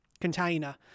container